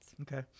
okay